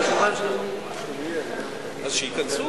התשע"א 2011, נתקבל.